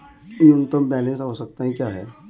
न्यूनतम बैलेंस आवश्यकताएं क्या हैं?